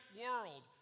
world